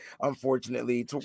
unfortunately